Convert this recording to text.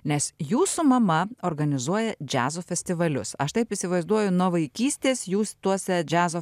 nes jūsų mama organizuoja džiazo festivalius aš taip įsivaizduoju nuo vaikystės jūs tuose džiazo